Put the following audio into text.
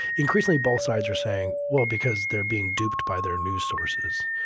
increasingly both sides are saying, well, because they're being duped by their new sources.